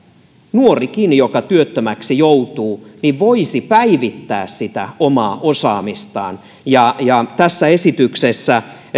nuorikin joka työttömäksi joutuu voisi päivittää sitä omaa osaamistaan tässä esityksessä